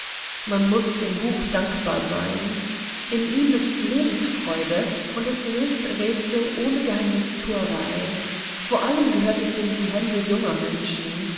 man muß dem buch dankbar sein in ihm ist lebensfreude und es löst rätsel ohne geheimnistuerei vor allem gehört es in die hände junger menschen